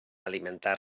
alimentar